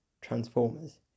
transformers